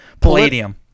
Palladium